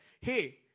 hey